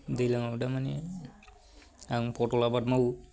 दैलांआव दामानि आं फथल आबाद मावो